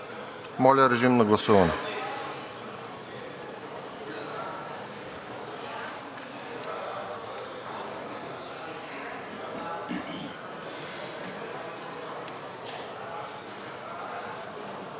Моля, режим на гласуване.